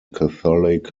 catholic